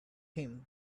him